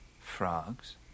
Frogs